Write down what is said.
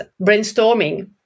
brainstorming